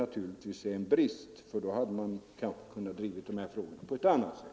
Hade vi varit med i kommittén hade vi kanske kunnat driva dessa frågor på ett annat sätt.